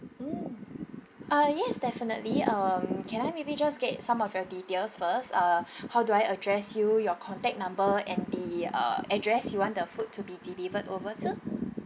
mm uh yes definitely um can I maybe just get some of your details first uh how do I address you your contact number and the uh address you want the food to be delivered over to